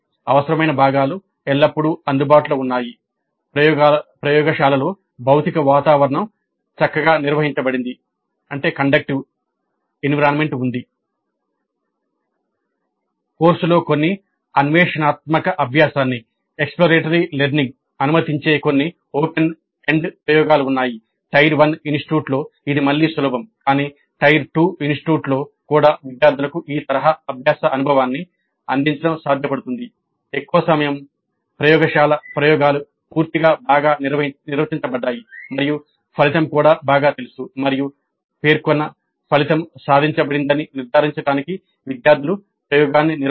"అవసరమైన భాగాలు ఎల్లప్పుడూ అందుబాటులో ఉన్నాయి" ప్రయోగశాలలో భౌతిక వాతావరణం చక్కగా నిర్వహించబడింది కండక్సివ్ కోర్సులో కొన్ని అన్వేషణాత్మక అభ్యాసాన్ని